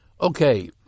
Okay